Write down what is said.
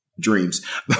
dreams